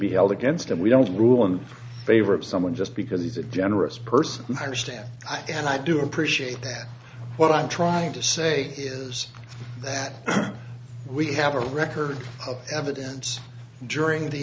be held against him we don't rule in favor of someone just because he's a generous person and i understand i and i do appreciate that what i'm trying to say is that we have a record of evidence during the